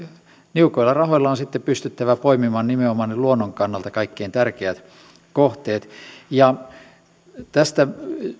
niukoilla rahoilla on sitten pystyttävä poimimaan nimenomaan ne luonnon kannalta kaikkein tärkeimmät kohteet tästä